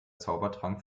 zaubertrank